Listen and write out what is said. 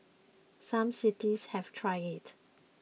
some cities have tried it